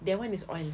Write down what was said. that [one] is oil